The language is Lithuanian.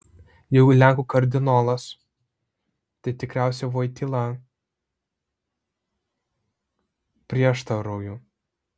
jeigu lenkų kardinolas tai tikriausiai voityla prieštarauju